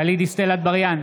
גלית דיסטל אטבריאן,